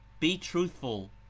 be truthful,